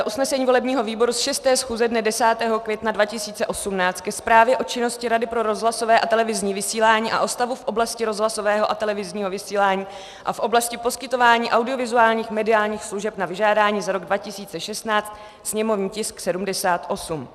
Usnesení volebního výboru z 6. schůze dne 10. května 2018 ke Zprávě o činnosti Rady pro rozhlasové a televizní vysílání a o stavu v oblasti rozhlasového a televizního vysílání a v oblasti poskytování audiovizuálních mediálních služeb na vyžádání za rok 2016, sněmovní tisk 78.